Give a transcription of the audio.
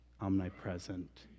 omnipresent